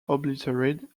obliterated